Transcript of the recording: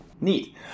Neat